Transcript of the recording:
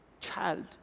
child